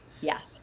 Yes